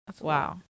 Wow